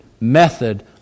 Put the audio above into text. method